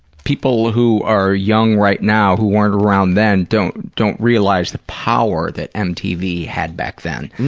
people who are young right now, who weren't around then, don't don't realize the power that mtv had back then.